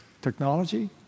technology